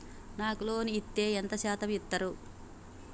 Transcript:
నాకు లోన్ ఇత్తే ఎంత శాతం ఇత్తరు?